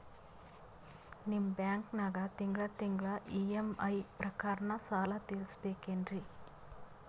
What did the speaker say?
ನಿಮ್ಮ ಬ್ಯಾಂಕನಾಗ ತಿಂಗಳ ತಿಂಗಳ ಇ.ಎಂ.ಐ ಪ್ರಕಾರನ ಸಾಲ ತೀರಿಸಬೇಕೆನ್ರೀ?